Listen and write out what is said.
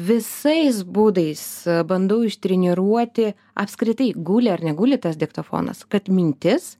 visais būdais bandau ištreniruoti apskritai guli ar neguli tas diktofonas kad mintis